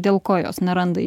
dėl ko jos nerandai